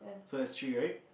so that's three right